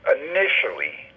initially